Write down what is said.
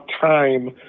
time